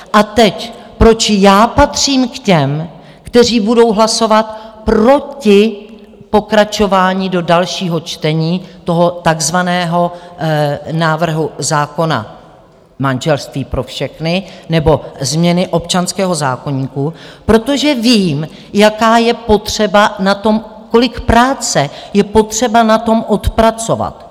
A teď, proč já patřím k těm, kteří budou hlasovat proti pokračování do dalšího čtení toho takzvaného návrhu zákona manželství pro všechny, nebo změny občanského zákoníku: Protože vím, kolik práce je potřeba na tom odpracovat.